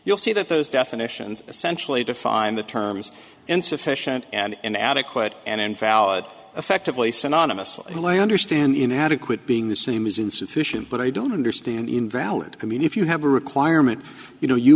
you'll see that those definitions essentially define the terms insufficient and adequate and valid effectively synonymous elaine understand inadequate being the same is insufficient but i don't understand invalid commune if you have a requirement you know you